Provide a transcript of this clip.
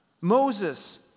Moses